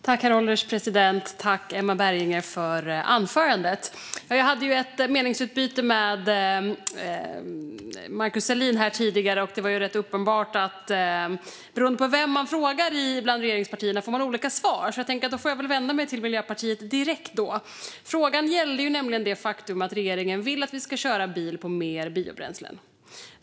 Herr ålderspresident! Tack, Emma Berginger, för anförandet! Jag hade ett meningsutbyte med Markus Selin här tidigare. Det var rätt uppenbart att man får olika svar beroende på vem man frågar bland regeringspartierna. Jag tänker därför vända mig till Miljöpartiet direkt. Frågan gällde det faktum att regeringen vill att vi ska köra bil på mer biobränslen.